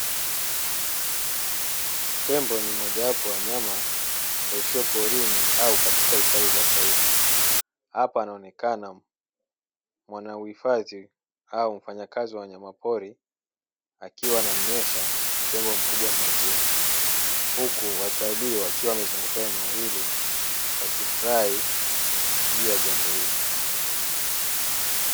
Tembo ni mmoja wapo ya wanyama waishio porini au katika hifadhi za taifa. Hapa anaonekana mwanauhifadhi au mfanyakazi wa wanyama pori akiwa anamnywesha tembo mkubwa maziwa, huku watalii wakiwa wamezunguka eneo hili wakifurahi juu ya jambo hili.